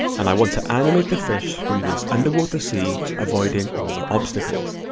and i want to animate the fish through this underwater scene avoiding all the obstacles.